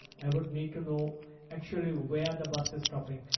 i would need to know actually where the bus is stopping.